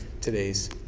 today's